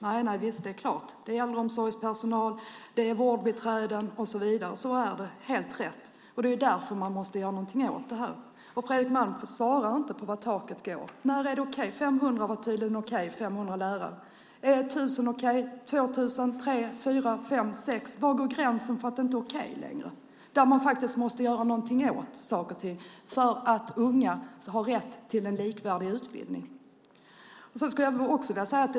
Nej, det är klart - det är äldreomsorgspersonal, vårdbiträden och så vidare. Så är det; det är helt rätt. Det är därför man måste göra någonting åt det här. Fredrik Malm svarar inte på var taket är. När är det okej? 500 lärare är tydligen okej. Är 1 000 okej eller 2 000, 3 000, 4 000, 5 000 eller 6 000? Var går gränsen för att det inte är okej längre och när man måste göra någonting åt saker och ting? Unga har ju rätt till likvärdig utbildning.